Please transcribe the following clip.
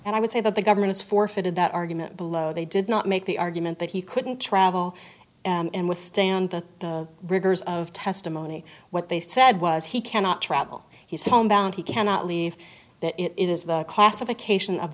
and i would say that the government has forfeited that argument below they did not make the argument that he couldn't travel in withstand the rigors of testimony what they said was he cannot travel he's home bound he cannot leave that it is the classification of